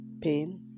pain